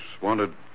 wanted